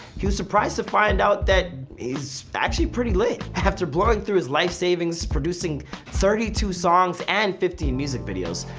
he was surprised to find out that he's actually pretty lit. after blowing through his life savings, producing thirty-two songs and fifteen music videos,